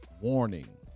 warning